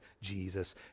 Jesus